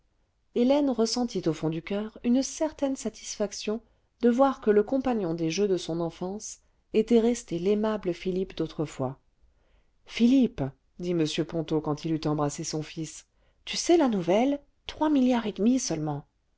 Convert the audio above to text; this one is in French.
hélène ressentit au fond du coeur une certaine satisfaction de voir que le compagnon des jeux de son enfance était resté l'aimable philippe d'autrefois philippe dit m ponto quand il eut embrassé son fils tu sais lanouvelle trois milliards et demi seulement